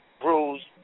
bruised